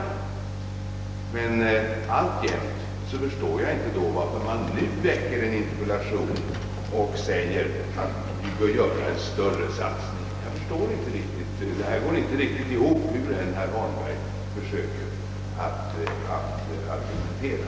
Men jag förstår fortfarande inte varför han då hår framställt én interpellation och förklarat att vi bör göra en större satsning: Det'går inte riktigt ihop, hur herr Holmberg än försöker argumentera.